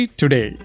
today